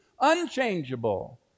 unchangeable